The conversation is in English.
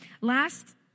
last